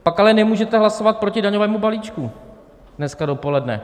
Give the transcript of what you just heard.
Pak ale nemůžete hlasovat proti daňovému balíčku dneska dopoledne.